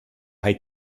high